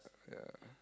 yeah